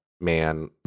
Man